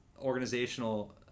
organizational